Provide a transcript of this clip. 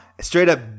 straight-up